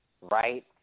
right